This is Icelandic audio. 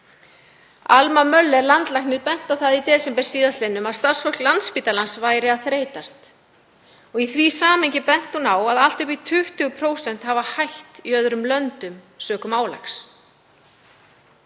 Alma Möller landlæknir benti á í desember síðastliðnum að starfsfólk Landspítalans væri að þreytast og í því samhengi benti hún á að allt upp í 20% hefðu hætt í öðrum löndum sökum álags.